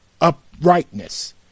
uprightness